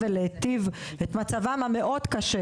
ולהיטיב את מצבם המאוד קשה,